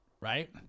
right